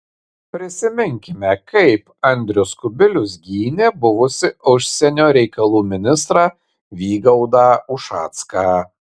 prisiminkime kaip andrius kubilius gynė buvusį užsienio reikalų ministrą vygaudą ušacką